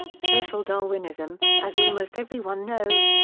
social darwinism, as almost everyone knows,